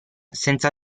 senza